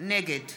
נגד